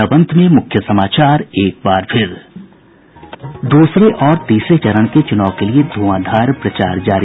और अब अंत में मुख्य समाचार दूसरे और तीसरे चरण के चुनाव के लिए धुंआधार प्रचार जारी